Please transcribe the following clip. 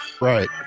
Right